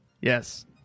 Yes